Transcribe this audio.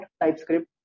TypeScript